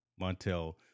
Montel